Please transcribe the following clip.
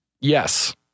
Yes